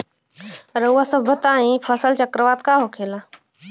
रउआ सभ बताई फसल चक्रवात का होखेला?